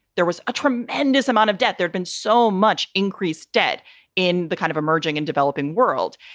there was a tremendous amount of debt. there'd been so much increased debt in the kind of emerging and developing world.